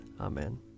Amen